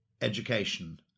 education